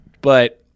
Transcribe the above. but-